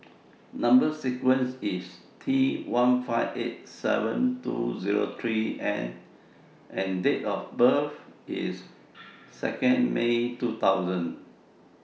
Number sequence IS T one five eight seven two Zero three N and Date of birth IS two May two thousand